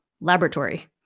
laboratory